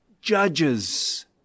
Judges